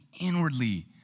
inwardly